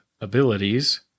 abilities